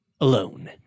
alone